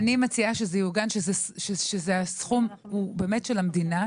אני מציעה שזה יעוגן כך שהסכום הוא באמת של המדינה,